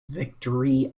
victory